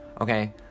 Okay